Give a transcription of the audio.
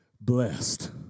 blessed